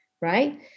right